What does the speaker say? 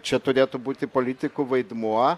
čia turėtų būti politikų vaidmuo